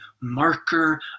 marker